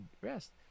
rest